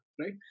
right